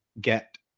get